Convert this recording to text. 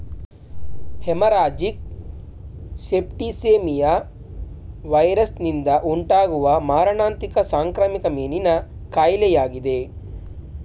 haemorrhagic septicaemia ವೈರಸ್ನಿಂದ ಉಂಟಾಗುವ ಮಾರಣಾಂತಿಕ ಸಾಂಕ್ರಾಮಿಕ ಮೀನಿನ ಕಾಯಿಲೆಯಾಗಿದೆ